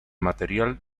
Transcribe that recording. material